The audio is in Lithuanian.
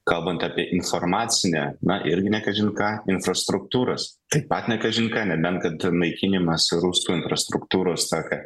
kalbant apie informacinę na irgi ne kažin ką infrastruktūros taip pat ne kažin ką nebent kad naikinimas rusų infrastruktūros tą ką